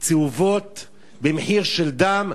צהובות במחיר של דם,